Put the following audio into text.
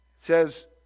says